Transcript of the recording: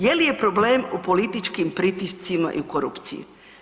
Je li je problem u političkim pritiscima i korupciji?